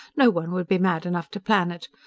no one would be mad enough to plan it.